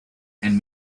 and